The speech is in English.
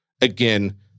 again